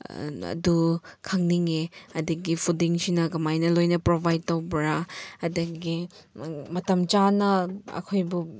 ꯑꯗꯨ ꯈꯪꯅꯤꯡꯉꯦ ꯑꯗꯒꯤ ꯐꯨꯗꯤꯡꯁꯤꯅ ꯀꯃꯥꯏꯅ ꯂꯣꯏꯅ ꯄ꯭ꯔꯣꯕꯥꯏꯠ ꯇꯧꯕ꯭ꯔꯥ ꯑꯗꯒꯤ ꯃꯇꯝ ꯆꯥꯅ ꯑꯩꯈꯣꯏꯕꯨ